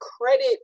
credit